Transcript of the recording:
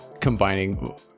combining